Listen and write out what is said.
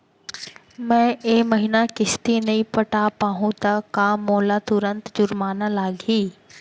मैं ए महीना किस्ती नई पटा पाहू त का मोला तुरंत जुर्माना लागही?